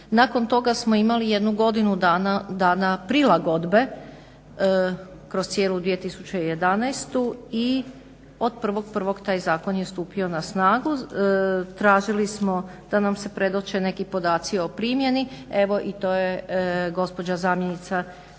Nakon toga smo imali jednu godinu dana prilagodbe kroz cijelu 2011. i od 1.1. taj zakon je stupio na snagu. Tražili smo da nam se predoče neki podaci o primjeni, evo i to je gospođa zamjenica